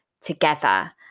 together